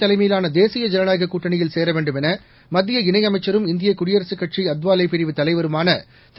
தலைமையிலான தேசிய ஜனநாயகக் கூட்டணியில் சேர் வேண்டுமென மத்திய இணை அமைச்சரும் இந்திய குடியரசுக் கட்சி அதவாலே பிரிவு தலைவருமான திரு